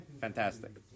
fantastic